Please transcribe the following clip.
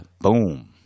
Boom